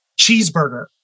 cheeseburger